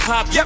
pop